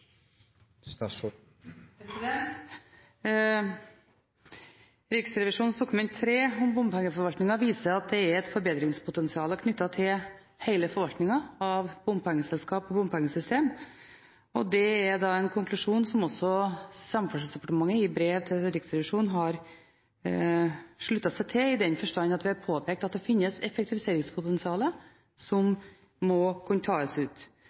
statsråd Arnstad vil svare på om dette er et virkemiddel hun nå vil vurdere, slik at vi kan få et mer kostnadseffektivt system. Riksrevisjonens Dokument 3:5 om bompengeforvaltningen viser at det er et forbedringspotensial knyttet til hele forvaltningen av bompengeselskap og bompengesystem. Det er en konklusjon som Samferdselsdepartementet i brev til Riksrevisjonen har sluttet seg til, i den forstand at vi har påpekt at